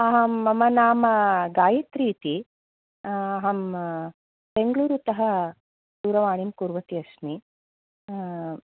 अहं मम नाम गायत्री इति अहं बेङ्गलुरुतः दूरवाणीं कुर्वती अस्मि